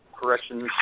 corrections